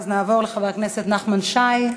נעבור לחבר הכנסת נחמן שי.